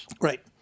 Right